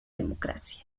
democracia